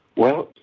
well,